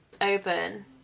open